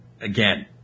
again